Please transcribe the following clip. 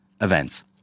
events